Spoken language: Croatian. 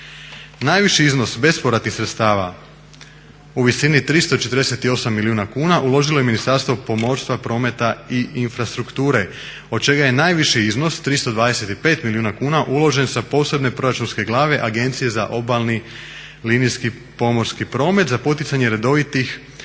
Najviši iznos bespovratnih sredstava u visini 348 milijuna kuna uložila je Ministarstvo pomorstva, prometa i infrastrukture, od čega je najviši iznos 325 milijuna kuna uložen sa posebne proračunske glave Agencije za obalni linijski pomorski promet za poticanje redovitih putničkih